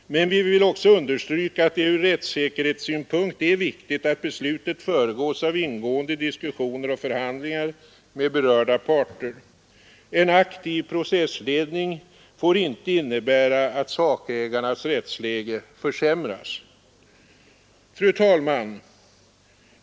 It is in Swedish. Men vi vill också understryka att det ur rättsäkerhetssynpunkt är viktigt att beslutet föregås av ingående diskussioner och förhandlingar med berörda parter. En aktiv processledning får inte innebära att sakägarnas rättsläge försämras. Fru talman!